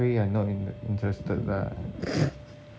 sorry I not in the interested lah